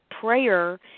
prayer